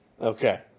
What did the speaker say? okay